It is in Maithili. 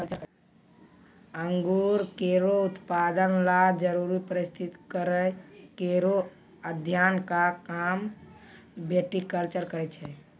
अंगूर केरो उत्पादन ल जरूरी परिस्थिति केरो अध्ययन क काम विटिकलचर करै छै